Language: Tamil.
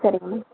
சரிங்க மேம்